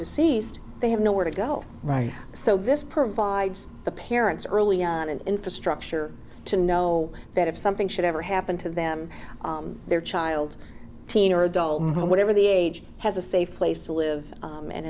deceased they have nowhere to go right so this provides the parents early on an infrastructure to know that if something should ever happen to them their child teen or a dull moment over the age has a safe place to live